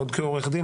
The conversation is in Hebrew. עוד כעורך דין,